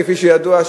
כפי שידוע,